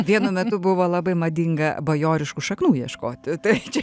vienu metu buvo labai madinga bajoriškų šaknų ieškoti tai čia